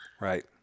right